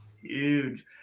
Huge